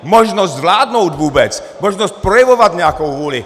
možnost vládnout vůbec, možnost projevovat nějakou vůli!